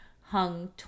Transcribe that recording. hung